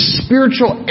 spiritual